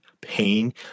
pain